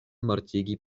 mortigi